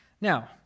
Now